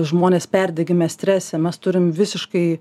žmones perdegime strese mes turim visiškai